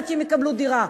עד שהם יקבלו דירה?